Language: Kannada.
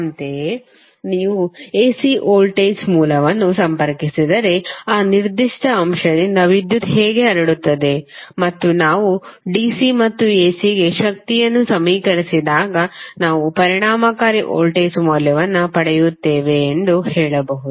ಅಂತೆಯೇ ನೀವು ಎಸಿ ವೋಲ್ಟೇಜ್ ಮೂಲವನ್ನು ಸಂಪರ್ಕಿಸಿದರೆ ಆ ನಿರ್ದಿಷ್ಟ ಅಂಶದಿಂದ ವಿದ್ಯುತ್ ಹೇಗೆ ಹರಡುತ್ತದೆ ಮತ್ತು ನಾವು ಡಿಸಿ ಮತ್ತು ಎಸಿಗೆ ಶಕ್ತಿಯನ್ನು ಸಮೀಕರಿಸಿದಾಗ ನಾವು ಪರಿಣಾಮಕಾರಿ ವೋಲ್ಟೇಜ್ ಮೌಲ್ಯವನ್ನು ಪಡೆಯುತ್ತೇವೆ ಎಂದು ಹೇಳಬಹುದು